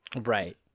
Right